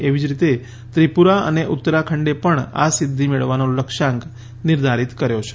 એવી જ રીતે ત્રિપુરા અને ઉત્તરાખંડે પણ આ સિઘ્ઘિ મેળવવાનો લક્ષ્યાંક નિર્ધારિત કર્યો છે